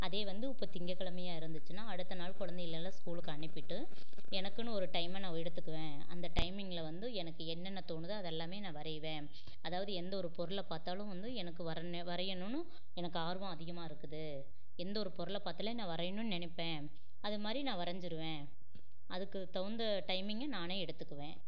அதே வந்து இப்போ திங்கக்கிழமையா இருந்துச்சுன்னா அடுத்த நாள் குழந்தைகள எல்லாம் ஸ்கூலுக்கு அனுப்பிட்டு எனக்குன்னு ஒரு டைமை நான் எடுத்துக்குவேன் அந்த டைமிங்கில வந்து எனக்கு என்னென்ன தோணுதோ அதெல்லாமே நான் வரையிவேன் அதாவது எந்த ஒரு பொருளை பார்த்தாலும் வந்து எனக்கு வரணும் வரையணுன்னு எனக்கு ஆர்வம் அதிகமாக இருக்குது எந்த ஒரு பொருளை பார்த்தாலும் நான் வரையணுன்னு நினப்பேன் அதுமாதிரி நான் வரைஞ்சிருவேன் அதுக்கு தகுந்த டைமிங்கை நானே எடுத்துக்குவேன்